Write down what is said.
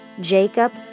Jacob